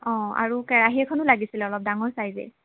অঁ আৰু কেৰাহী এখনো লাগিছিলে অলপ ডাঙৰ চাইজেই